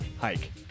hike